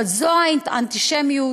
אבל זו אנטישמיות